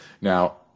Now